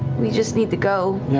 we just need to go.